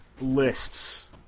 lists